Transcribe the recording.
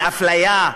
באפליה.